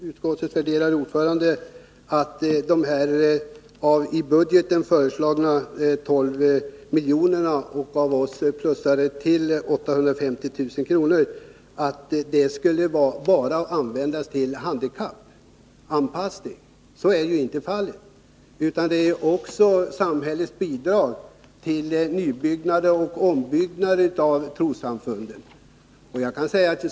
Herr talman! Man skulle kunna få den uppfattningen av vad utskottets värderade ordförande här säger, att de i budgeten föreslagna 12 miljonerna och de ytterligare 850 000 kr. som vi föreslår skulle användas bara till handikappanpassning. Så är ju inte fallet. Det är också samhällets bidrag till nybyggnad och ombyggnad av trossamfundens lokaler.